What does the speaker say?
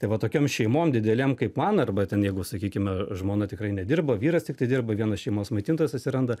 tai va tokiom šeimom didelėm kaip man arba ten jeigu sakykime žmona tikrai nedirba vyras tiktai dirba vienas šeimos maitintojas atsiranda